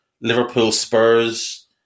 Liverpool-Spurs